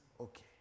okay